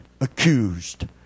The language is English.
accused